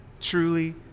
truly